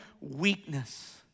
weakness